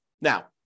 Now